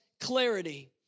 clarity